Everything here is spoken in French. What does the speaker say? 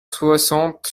soixante